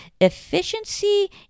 efficiency